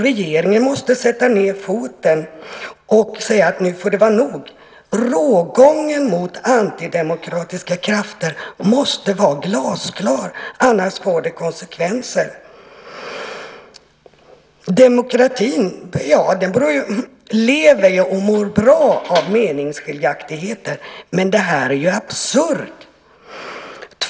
Regeringen måste sätta ned foten och säga att det nu får vara nog. Rågången mot antidemokratiska krafter måste vara glasklar, annars får det konsekvenser. Demokratin lever och mår bra av meningsskiljaktigheter, men det här är ju absurt.